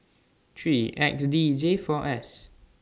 three X D J four S